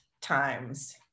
times